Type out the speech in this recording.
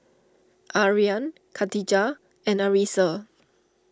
Aryan Katijah and Arissa